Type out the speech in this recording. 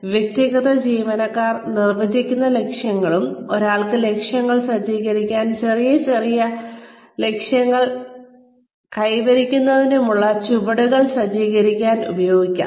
അതിനാൽ വ്യക്തിഗത ജീവനക്കാർ നിർവചിക്കുന്ന ലക്ഷ്യങ്ങളും ഒരാൾക്ക് ലക്ഷ്യങ്ങൾ സജ്ജീകരിക്കാൻ ചെറിയ ലക്ഷ്യങ്ങൾ സജ്ജീകരിക്കാൻ ഈ വലിയ ലക്ഷ്യങ്ങൾ കൈവരിക്കുന്നതിനുള്ള ചുവടുകൾ സജ്ജീകരിക്കാൻ ഉപയോഗിക്കാം